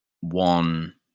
one